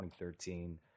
2013